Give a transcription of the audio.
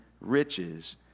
riches